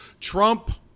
Trump